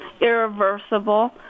irreversible